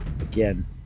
again